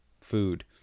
food